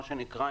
מה שנקרא,